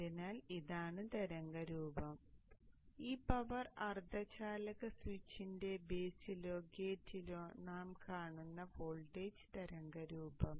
അതിനാൽ ഇതാണ് തരംഗരൂപം ഈ പവർ അർദ്ധചാലക സ്വിച്ചിന്റെ ബേസിലോ ഗേറ്റിലോ നാം കാണുന്ന വോൾട്ടേജ് തരംഗരൂപം